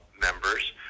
members